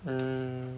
mm